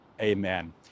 Amen